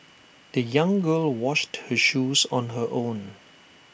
the young girl washed her shoes on her own